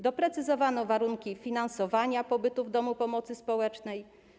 Doprecyzowano warunki finansowania pobytu w domu pomocy społecznej.